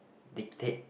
dictate